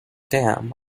dam